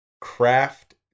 Craft